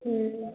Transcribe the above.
हँ